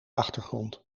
achtergrond